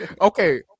Okay